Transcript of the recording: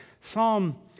Psalm